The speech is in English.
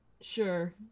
sure